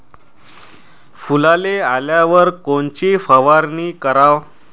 फुलाले आल्यावर कोनची फवारनी कराव?